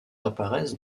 apparaissent